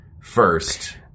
first